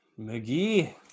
McGee